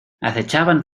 acechaban